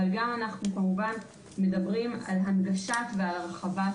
אבל אנחנו כמובן מדברים גם על הנגשת והרחבת